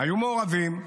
היו מעורבים?